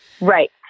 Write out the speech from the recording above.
Right